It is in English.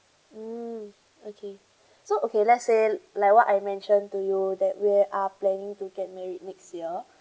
mm okay so okay let's say like what I mentioned to you that we are planning to get married next year